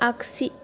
आग्सि